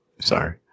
Sorry